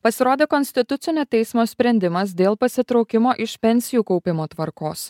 pasirodė konstitucinio teismo sprendimas dėl pasitraukimo iš pensijų kaupimo tvarkos